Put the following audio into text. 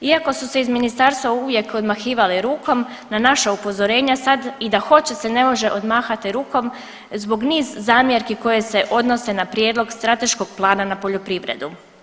Iako su se iz ministarstva uvijek odmahivali rukom na naša upozorenja sad i da hoće se ne može odmahati rukom zbog niz zamjerki koje se odnose na prijedlog Strateškog plana na poljoprivredu.